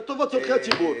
לטובת צורכי הציבור.